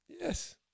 Yes